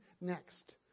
next